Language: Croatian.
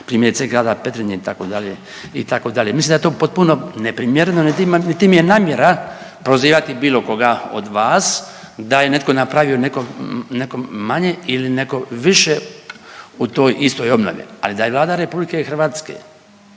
primjerice grada Petrinje itd., itd.. Mislim da je to potpuno neprimjereno, niti mi je namjera prozivati bilo koga od vas da je netko napravio nekom, nekom manje ili nekom više u toj istoj obnovi, ali da Vlada RH nije svojim